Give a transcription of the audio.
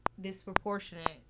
disproportionate